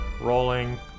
Rolling